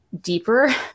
deeper